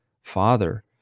Father